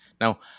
Now